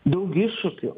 daugiau iššūkių